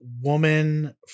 woman